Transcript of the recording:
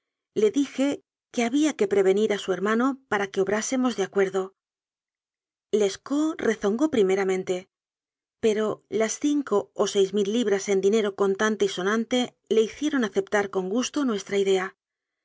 le dije que había que prevenir a su hermano para que obrásemos de acuerdo lescaut rezongó primeramente pero las cinco o seis mil libras en dinero contante y sonante le hicie ron aceptar con gusto nuestra idea